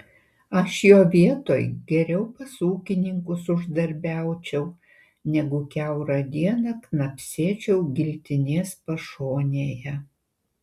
aš jo vietoj geriau pas ūkininkus uždarbiaučiau negu kiaurą dieną knapsėčiau giltinės pašonėje